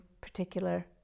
particular